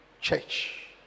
church